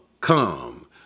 come